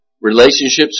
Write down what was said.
relationships